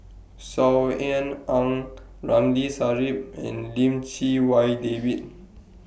Saw Ean Ang Ramli Sarip and Lim Chee Wai David